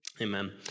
Amen